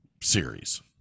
series